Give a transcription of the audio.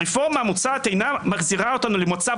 הרפורמה המוצעת אינה מחזירה אותנו למצב